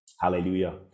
Hallelujah